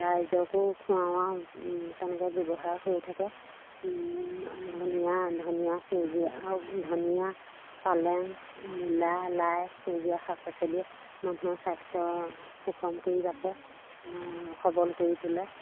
ৰাইজকো খোৱাও তেনেকৈ ব্যৱহাৰ হৈ থাকে ধনিয়া ধনিয়া সেউজীয়া ধনিয়া পালেং মূলা লাই সেউজীয়া শাক পাচলিয়ে মানুহৰ স্বাস্থ্য সুষম কৰি ৰাখে সবল কৰি তোলে